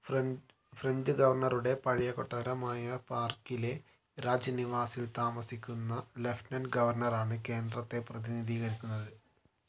ഫ്ര ഫ്രഞ്ച് ഗവർണറുടെ പഴയ കൊട്ടാരമായ പാർക്കിലെ രാജ് നിവാസിൽ താമസിക്കുന്ന ലഫ്റ്റനന്റ് ഗവർണർ ആണ് കേന്ദ്രത്തെ പ്രതിനിധീകരിക്കുന്നത്